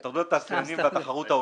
התאחדות התעשיינים והתחרות ההוגנת.